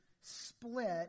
split